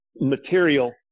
material